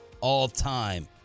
all-time